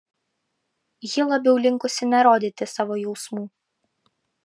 ji labiau linkusi nerodyti savo jausmų